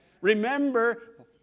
Remember